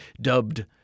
dubbed